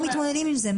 איך אתם מתמודדים עם זה?